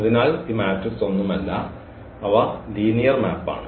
അതിനാൽ ഈ മാട്രിക്സ് ഒന്നുമല്ല അവ ലീനിയർ മാപ്പാണ്